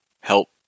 help